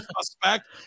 suspect